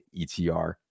ETR